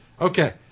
Okay